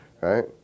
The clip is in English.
right